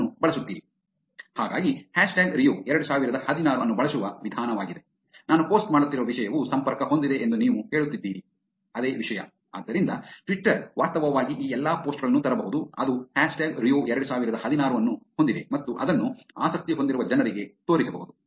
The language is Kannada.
ಹಾಗಾಗಿ ಹ್ಯಾಶ್ಟ್ಯಾಗ್ ರಿಯೊ 2016 ಅನ್ನು ಬಳಸುವ ವಿಧಾನವಾಗಿದೆ ನಾನು ಪೋಸ್ಟ್ ಮಾಡುತ್ತಿರುವ ವಿಷಯವು ಸಂಪರ್ಕ ಹೊಂದಿದೆ ಎಂದು ನೀವು ಹೇಳುತ್ತಿದ್ದೀರಿ ಈ ವಿಷಯ ಆದ್ದರಿಂದ ಟ್ವಿಟ್ಟರ್ ವಾಸ್ತವವಾಗಿ ಈ ಎಲ್ಲಾ ಪೋಸ್ಟ್ ಗಳನ್ನು ತರಬಹುದು ಅದು ಹ್ಯಾಶ್ಟ್ಯಾಗ್ ರಿಯೊ 2016 ಅನ್ನು ಹೊಂದಿದೆ ಮತ್ತು ಅದನ್ನು ಆಸಕ್ತಿ ಹೊಂದಿರುವ ಜನರಿಗೆ ತೋರಿಸಬಹುದು